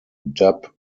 dub